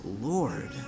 Lord